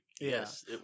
yes